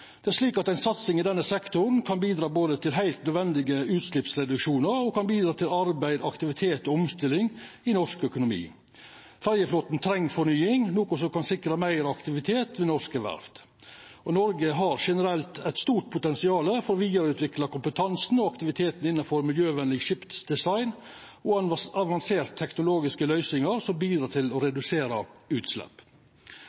Det er slik at ei satsing i denne sektoren kan bidra både til heilt nødvendige utsleppsreduksjonar og til arbeid, aktivitet og omstilling i norsk økonomi. Ferjeflåten treng fornying, noko som kan sikra meir aktivitet ved norske verft. Noreg har generelt eit stort potensial for å vidareutvikla kompetansen og aktiviteten innanfor miljøvennleg skipsdesign og avanserte teknologiske løysningar, som bidreg til å